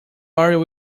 are